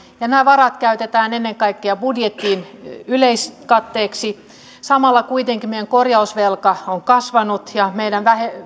ja nämä varat käytetään ennen kaikkea budjetin yleiskatteeksi samalla kuitenkin meidän korjausvelka on kasvanut ja meidän